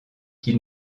qu’il